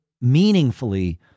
meaningfully